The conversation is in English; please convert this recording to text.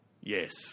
Yes